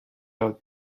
out